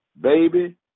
Baby